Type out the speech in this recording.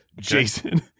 Jason –